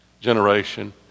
generation